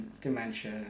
Dementia